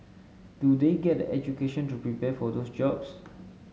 do they get the education to prepare for those jobs